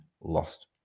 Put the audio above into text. lost